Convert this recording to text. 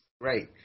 Right